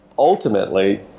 Ultimately